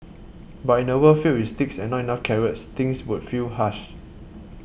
but in a world filled with sticks and not enough carrots things would feel harsh